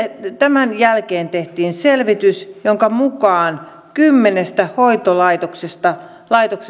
tämän jälkeen tehtiin selvitys jonka mukaan kymmenestä hoitolaitoksesta